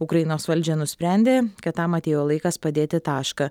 ukrainos valdžia nusprendė kad tam atėjo laikas padėti tašką